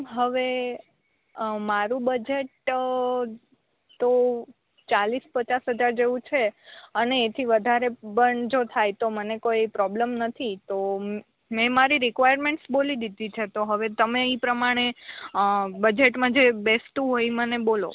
હવે મારુ બજેટ તો ચાલીસ પચાસ હજાર જેવુ છે અને એથી વધારે પણ જો થાય તો મને કોઈ પ્રોબ્લ્મ નથી તો મે મારી રિવર્મેન્ટસ બોલી દીધી છેતો હવે તમે ઇ પ્રમાણે બજેટમાં જે બેસતું હોય ઇ મને બોલો